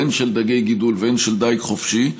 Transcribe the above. הן של דגי גידול והן של דיג חופשי,